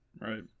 right